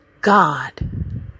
God